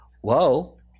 whoa